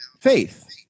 faith